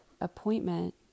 appointment